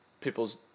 people's